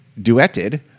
duetted